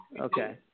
Okay